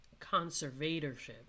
Conservatorship